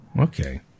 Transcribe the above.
Okay